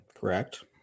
Correct